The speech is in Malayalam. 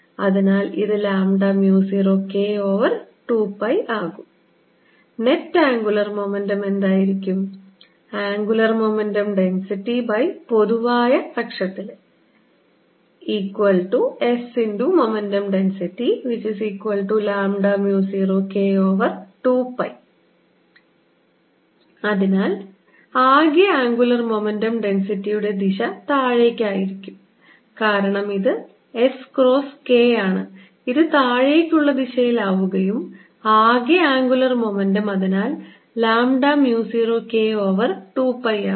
അതിനാൽ ഇത് lambda mu 0 K over 2 pi ആകും നെറ്റ് ആംഗുലർ മൊമെന്റം എന്തായിരിക്കും ആംഗുലർ മൊമെന്റം ഡെൻസിറ്റിപൊതുവായ അക്ഷത്തിലെS×മൊമെന്റം ഡെൻസിറ്റി0K2π അതിനാൽ ആകെ ആംഗുലർ മൊമെന്റം ഡെൻസിറ്റിയുടെ ദിശ താഴേക്ക് ആയിരിക്കും കാരണം ഇത് s ക്രോസ് k ആണ് ഇത് താഴേക്ക് ഉള്ള ദിശയിൽ ആവുകയും ആകെ ആംഗുലർ മൊമെന്റം അതിനാൽ lambda mu 0 K over 2 pi ആകും